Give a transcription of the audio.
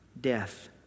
death